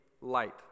light